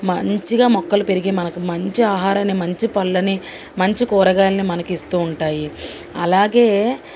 మంచిగా మొక్కలు పెరిగి మనకు మంచి ఆహారాన్ని మంచి పళ్ళని మంచి కూరగాయల్ని మనకు ఇస్తూ ఉంటాయి అలాగే